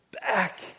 back